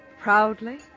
Proudly